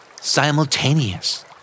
Simultaneous